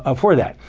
ah for that.